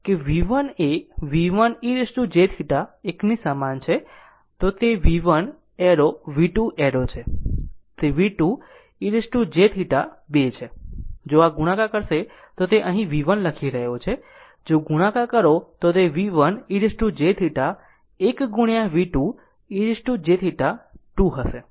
તો અહીં માની લો કે V1 એ V1 e jθ 1 ની સમાન છે તે V1 એરો V2 એરો છે તે V2 e jθ 2 છે જો આ ગુણાકાર કરશે તો તે અહીં V1 લખી રહ્યો છે જો ગુણાકાર કરો તો તે V1 e jθ 1 ગુણ્યા V2 e jθ 2 છે